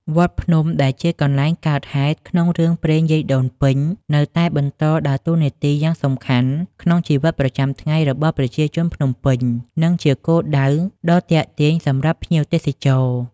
វត្តភ្នំ ដែលជាកន្លែងកើតហេតុក្នុងរឿងព្រេងយាយដូនពេញ នៅតែបន្តដើរតួនាទីយ៉ាងសំខាន់ក្នុងជីវិតប្រចាំថ្ងៃរបស់ប្រជាជនភ្នំពេញ និងជាគោលដៅដ៏ទាក់ទាញសម្រាប់ភ្ញៀវទេសចរ។